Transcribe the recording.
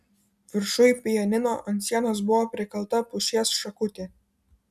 viršuj pianino ant sienos buvo prikalta pušies šakutė